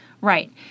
Right